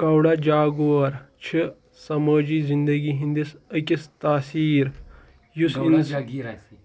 گَوڑا جاگور چھِ سمٲجی زندگی ہِنٛدِس أکِس تاثیٖر یُس اِنس